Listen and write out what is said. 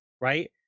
right